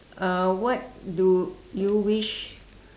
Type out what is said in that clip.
uh what do you wish